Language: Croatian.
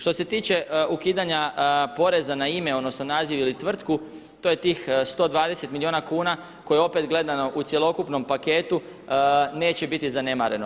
Što se tiče ukidanja poreza na ime, odnosno naziv ili tvrtku to je tih 120 milijuna kuna koje opet gledano u cjelokupnom paketu neće biti zanemareno.